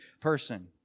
person